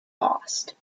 lost